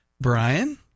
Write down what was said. Brian